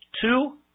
two